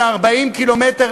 עד 40 ק"מ,